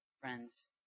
friends